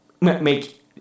make